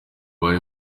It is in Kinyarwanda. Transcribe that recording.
bari